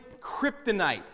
kryptonite